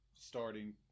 starting